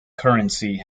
currency